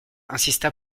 insista